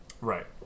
Right